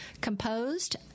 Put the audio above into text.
composed